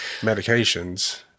medications